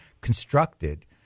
constructed